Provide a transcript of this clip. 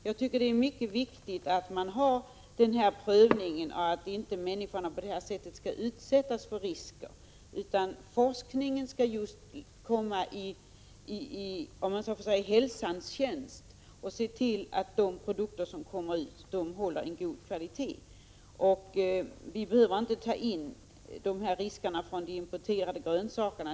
Jag tycker det är mycket viktigt att det finns en prövning och att människorna inte skall utsättas för risker. Forskningen skall stå i hälsans tjänst och se till att de produkter som kommer ut är av god kvalitet. Vi behöver inte här ta upp riskerna genom importerade grönsaker.